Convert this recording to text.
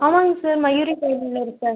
ஆமாங்க sir Mayuri sir